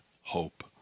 hope